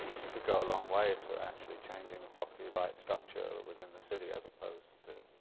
we could go a long way to actually changing the property rights structure within the city, as opposed to.